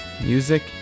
Music